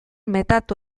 metatu